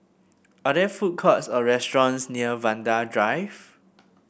are there food courts or restaurants near Vanda Drive